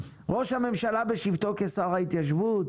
ראש הממשלה בשבתו כשר ההתיישבות?